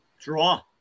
draw